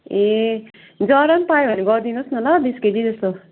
ए जरा पनि पायो भने गरिदिनुहोस् न ल बिस केजी जस्तो